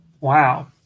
Wow